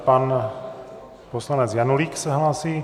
Pan poslanec Janulík se hlásí.